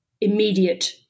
immediate